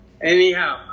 Anyhow